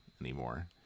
anymore